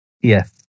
Yes